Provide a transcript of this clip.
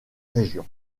région